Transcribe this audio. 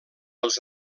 als